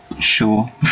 sure